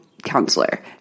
Counselor